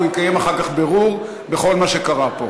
הוא יקיים אחר כך בירור בכל מה שקרה פה.